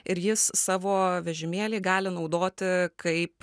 ir jis savo vežimėlį gali naudoti kaip